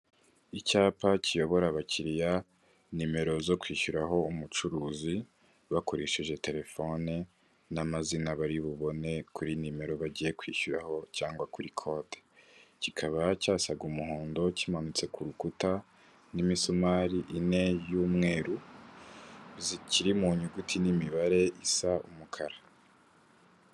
Icyapa kiyobora abakiriya, nimero zo kwishyuraho umucuruzi bakoresheje telefone n'amazina bari bubone kuri nimero bagiye kwishyuraho cyangwa kuri kode. Kikaba cyasaga umuhondo, kimanitse ku rukuta n'imisumari ine y'umweru, kiri mu nyuguti n'imibare isa umukara.